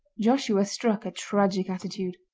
joshua struck a tragic attitude.